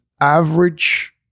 average